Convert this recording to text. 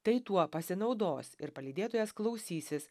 tai tuo pasinaudos ir palydėtojas klausysis